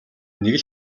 нэг